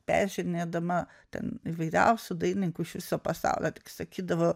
peržiūrinėdama ten įvairiausių dailininkų iš viso pasaulio tik sakydavau